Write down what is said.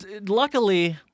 Luckily